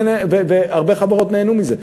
והרבה חברות נהנו מזה,